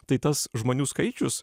tai tas žmonių skaičius